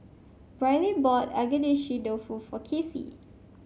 Briley bought Agedashi Dofu for Kasie